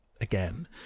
again